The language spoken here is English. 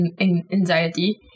anxiety